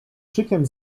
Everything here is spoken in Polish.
krzykiem